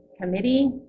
committee